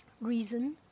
Reason